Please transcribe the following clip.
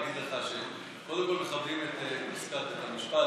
שיגיד לך שקודם כול מכבדים את פסיקת בית המשפט,